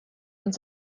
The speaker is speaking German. und